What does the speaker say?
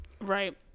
Right